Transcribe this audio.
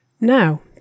Now